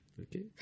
Okay